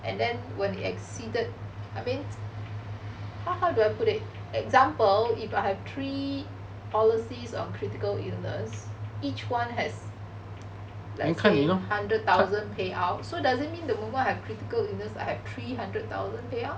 and then when it exceeded I mean how do I put it example if I have three policies of critical illness each one has like say hundred thousand payout so does it mean the moment I have critical illness I have three hundred thousand payout